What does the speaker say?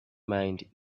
mind